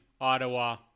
Ottawa